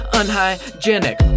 unhygienic